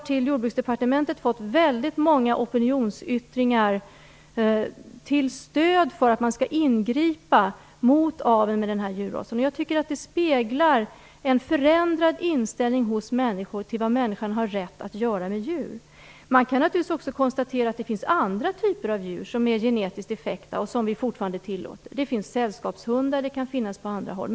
Till Jordbruksdepartementet har det kommit väldigt många opinionsyttringar till stöd för att man skall ingripa mot aveln med den här djurrasen. Jag tycker att det speglar en förändrad inställning hos människor till vad människan har rätt att göra med djur. Man kan naturligtvis också konstatera att det finns andra typer av djur som är genetisk defekta och som vi fortfarande tillåter. Det finns sällskapshundar och det kan finnas på andra håll.